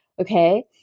Okay